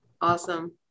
Awesome